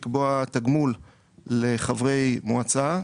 לקבוע תגמול לחברי מועצה.